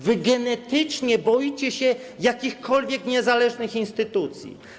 Wy genetycznie boicie się jakichkolwiek niezależnych instytucji.